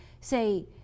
say